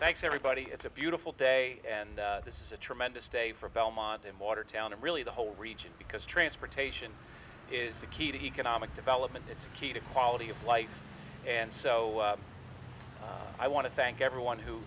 thanks everybody it's a beautiful day and this is a tremendous day for belmont in watertown and really the whole region because transportation is the key to economic development it's a key to quality of life and so i want to thank everyone